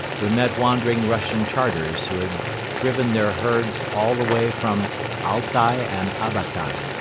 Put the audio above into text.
we met wandering russian tartars who had driven their herds all the way from altai and abakan.